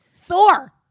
Thor